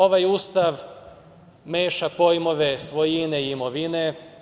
Ovaj Ustav meša pojmove svojine i imovine.